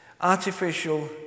artificial